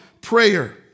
prayer